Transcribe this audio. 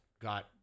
Got